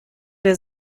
der